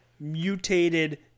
Mutated